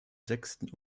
sechsten